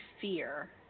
fear